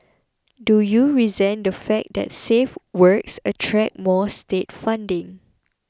do you resent the fact that safe works attract more state funding